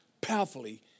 Powerfully